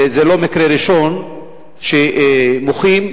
זה לא מקרה ראשון שמוחים נהרגים,